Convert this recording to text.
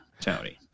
Tony